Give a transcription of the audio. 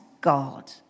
God